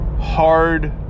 hard